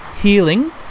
healing